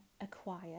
acquire